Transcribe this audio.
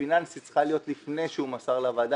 פיננסית צריכה להיות לפני שהוא מסר לוועדה,